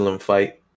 fight